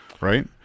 right